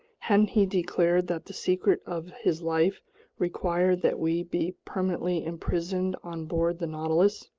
hadn't he declared that the secret of his life required that we be permanently imprisoned on board the nautilus?